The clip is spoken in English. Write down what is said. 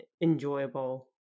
enjoyable